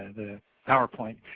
the powerpoint,